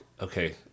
okay